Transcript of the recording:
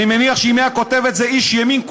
אני מניח שאם היה כותב את זה איש ימין,